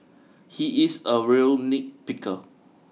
he is a real nitpicker